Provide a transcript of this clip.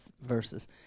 verses